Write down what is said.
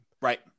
Right